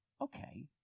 Okay